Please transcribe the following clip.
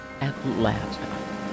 Atlanta